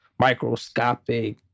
microscopic